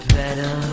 better